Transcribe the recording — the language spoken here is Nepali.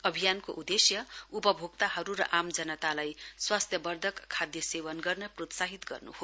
अभियानको उददेश्य उपभोक्ताहरू र आम जनतालाई स्वास्थ्यवर्धक खाद्य सेवन गर्न प्रोत्साहित गर्न् हो